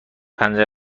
پنجره